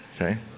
okay